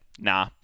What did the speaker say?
Nah